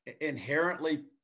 inherently –